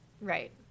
Right